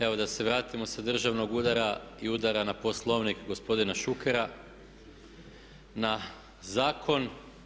Evo da se vratimo sa državnog udara i udara na Poslovnik gospodina Šukera na zakon.